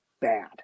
bad